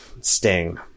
sting